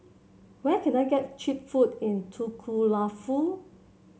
where can I get cheap food in Nuku'alofa